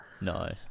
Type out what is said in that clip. No